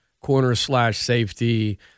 corner-slash-safety